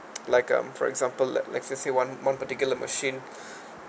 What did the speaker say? like um for example like let's say one one particular machine